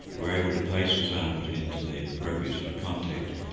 we're able to place the samples into the appropriate sort of context.